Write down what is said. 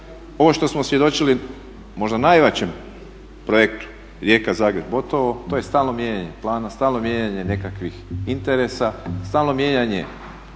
Ovo što smo svjedočili možda najvećem projektu Rijeka-Zagreb-Botovo to je stalno mijenjanje plana, stalno mijenjanje nekakvih interesa, stalno mijenjanje